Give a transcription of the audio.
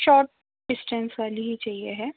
short distance वाली ही चाहिए है